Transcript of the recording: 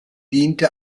diente